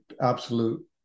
absolute